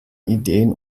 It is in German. ideen